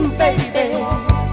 baby